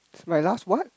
it's my last what